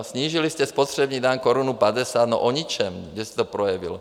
Snížili jste spotřební daň korunu padesát no o ničem, kde se to projevilo?